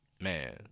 Man